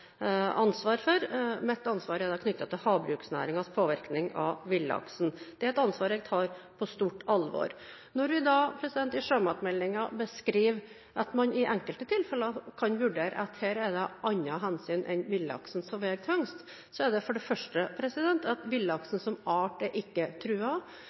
for. Mitt ansvar er knyttet til havbruksnæringens påvirkning av villaksen. Det er et ansvar jeg tar på stort alvor. Når vi i sjømatmeldingen beskriver at man i enkelte tilfeller kan vurdere at det er andre hensyn enn villaksen som veier tyngst, er det for det første